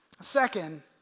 Second